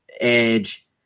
edge